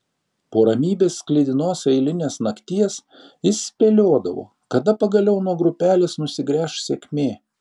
po ramybės sklidinos eilinės nakties jis spėliodavo kada pagaliau nuo grupelės nusigręš sėkmė